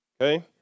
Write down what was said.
Okay